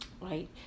right